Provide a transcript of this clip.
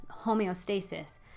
homeostasis